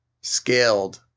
scaled